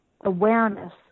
awareness